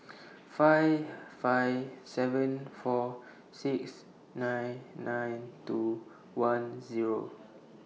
five five seven four six nine nine two one Zero